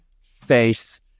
face